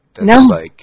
No